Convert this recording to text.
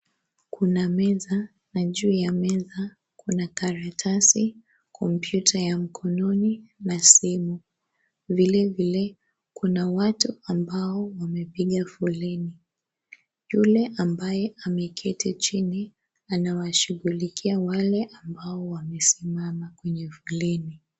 Kuna meza na juu ya meza kuna karatasi, kompyuta ya mkononi na simu. Vilevile, kuna watu ambao wamepiga foleni. Yule ambaye ameketi chini anawashughulikia wale ambao wamesimama kwenye foleni.